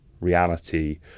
reality